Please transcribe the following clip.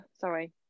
sorry